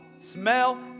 smell